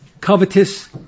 covetous